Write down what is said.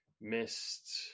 missed